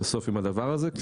בסוף עם הדבר הזה,